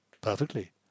Perfectly